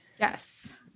yes